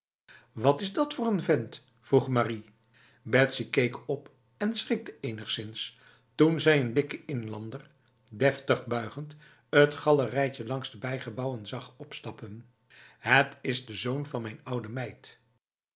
wat is dat voor n vent vroeg marie betsy keek op en schrikte enigszins toen zij een dikke inlander deftig buigend het galerijtje langs de bijgebouwen zag opstappen het is de zoon van mijn oude meid